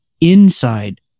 Inside